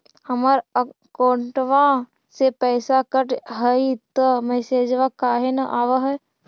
हमर अकौंटवा से पैसा कट हई त मैसेजवा काहे न आव है?